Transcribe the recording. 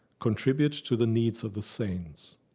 contribute to the needs of the saints.